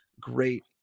great